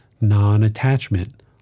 non-attachment